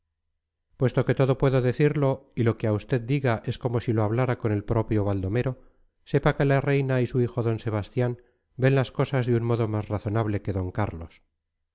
puesto que todo puedo decirlo y lo que a usted diga es como si lo hablara con el propio baldomero sepa que la reina y su hijo d sebastián ven las cosas de un modo más razonable que d carlos